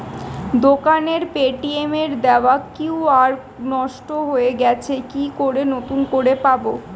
দোকানের পেটিএম এর দেওয়া কিউ.আর নষ্ট হয়ে গেছে কি করে নতুন করে পাবো?